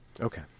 Okay